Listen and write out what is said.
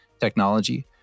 technology